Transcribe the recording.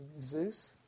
Zeus